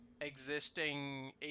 existing